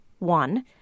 one